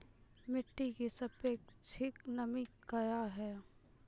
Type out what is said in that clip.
मिटी की सापेक्षिक नमी कया हैं?